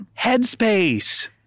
Headspace